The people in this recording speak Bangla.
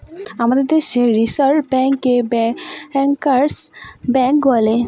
আমাদের দেশে রিসার্ভ ব্যাঙ্কে ব্যাঙ্কার্স ব্যাঙ্ক বলে